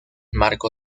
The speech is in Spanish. marco